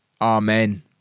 Amen